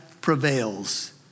prevails